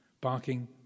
barking